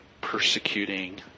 persecuting